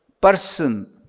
person